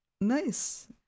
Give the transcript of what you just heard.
Nice